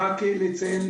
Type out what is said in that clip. רק לציין,